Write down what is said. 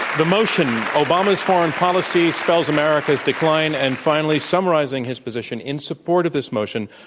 the motion obama's foreign policy spells america's decline. and finally summarizing his position in support of this motion,